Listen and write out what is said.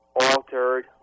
altered